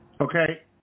okay